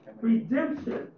Redemption